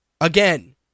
Again